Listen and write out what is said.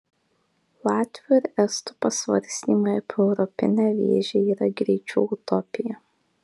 latvių ir estų pasvarstymai apie europinę vėžę yra greičiau utopija